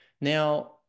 Now